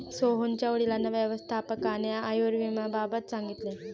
सोहनच्या वडिलांना व्यवस्थापकाने आयुर्विम्याबाबत सांगितले